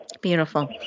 Beautiful